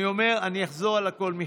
אני אחזור על הכול מחדש.